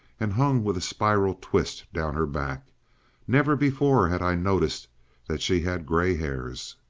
and hung with a spiral twist down her back never before had i noticed that she had gray hairs.